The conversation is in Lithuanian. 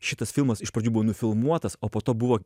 šitas filmas iš pradžių buvo nufilmuotas o po to buvo